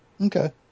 Okay